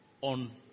on